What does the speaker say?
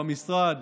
במשרד